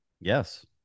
Yes